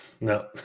No